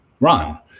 run